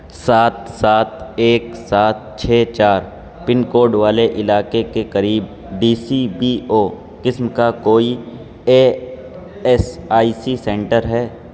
سات سات ایک سات چھ چار پن کوڈ والے علاقے کے قریب ڈی سی بی او قسم کا کوئی A S I C centre ہے